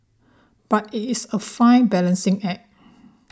but it is a fine balancing act